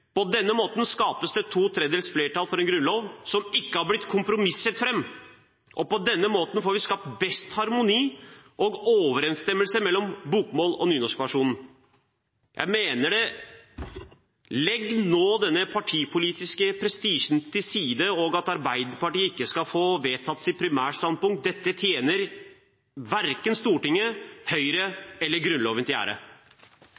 På denne måten skapes det to tredjedels flertall for en grunnlov som ikke har blitt kompromisset fram, og på denne måten får vi skapt best harmoni og overensstemmelse mellom bokmåls- og nynorskversjonen. Dette mener jeg: Legg nå denne partipolitiske prestisjen til side, hvor Arbeiderpartiet ikke skal få vedtatt sitt primærstandpunkt. Dette tjener verken Stortinget,